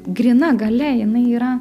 gryna galia jinai yra